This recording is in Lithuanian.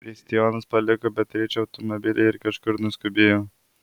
kristijonas paliko beatričę automobilyje ir kažkur nuskubėjo